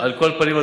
על כל פנים,